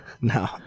No